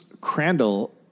Crandall